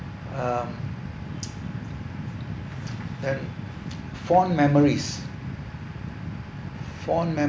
um done fond memories fond memories